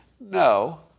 No